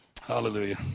Hallelujah